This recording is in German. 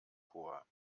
chor